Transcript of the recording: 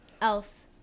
else